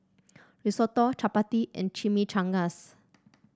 Risotto Chapati and Chimichangas